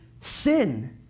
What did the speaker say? sin